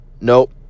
Nope